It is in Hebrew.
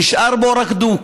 נשאר בו רק דוק,